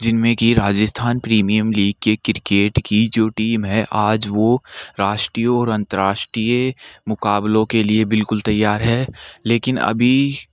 जिनमें की Rajasthan premium league के क्रिकेट की जो टीम है आज वो राष्ट्रीय और अन्तर्राष्ट्रीय मुकाबलो के लिए बिल्कुल तैयार है लेकिन अभी